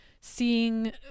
seeing